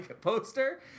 poster